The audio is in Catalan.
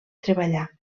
treballar